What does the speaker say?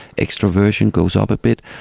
extraversion goes up a bit.